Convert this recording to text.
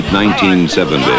1970